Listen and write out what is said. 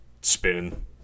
spinning